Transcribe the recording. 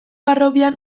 harrobian